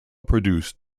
produced